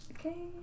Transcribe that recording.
Okay